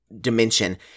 dimension